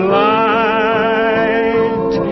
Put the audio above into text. light